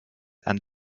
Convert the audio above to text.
and